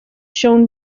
shown